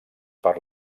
per